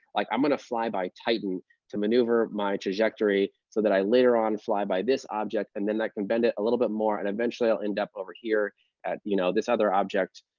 like i'm going to fly by titan to maneuver my trajectory, so that i later on fly by this object. and then i can bend it a little bit more. and eventually, i'll end up over here at you know this other object.